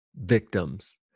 victims